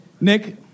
Nick